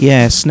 Yes